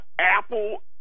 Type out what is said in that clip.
Apple